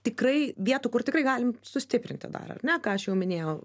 tikrai vietų kur tikrai galim sustiprinti daro ne ką aš jau minėjau